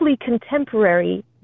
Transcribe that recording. contemporary